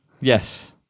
Yes